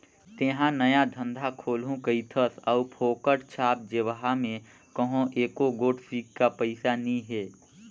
तेंहा नया धंधा खोलहू कहिथस अउ फोकट छाप जेबहा में कहों एको गोट सिक्का पइसा नी हे